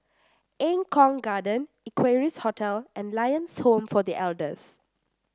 Eng Kong Garden Equarius Hotel and Lions Home for The Elders